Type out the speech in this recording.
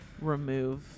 remove